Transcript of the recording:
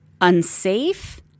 unsafe